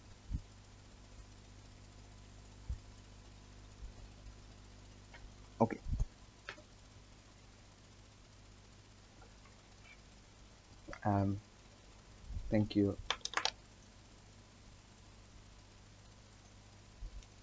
okay mm thank you